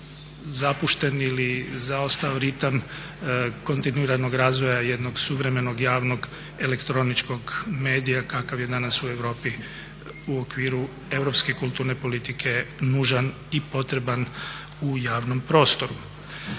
zapušten ili zaostao ritam kontinuiranog razvoja jednog suvremenog javnog elektroničkog medija kakav je danas u Europi u okviru europske kulturne politike nužan i potreban u javnom prostoru.